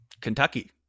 Kentucky